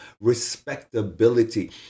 respectability